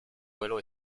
vuelo